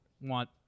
want